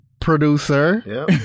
producer